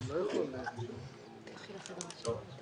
יש פה 13. קיבלנו אישור ל-11.